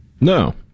No